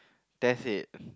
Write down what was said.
that's it